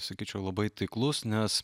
sakyčiau labai taiklus nes